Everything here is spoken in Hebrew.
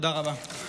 תודה רבה.